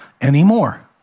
anymore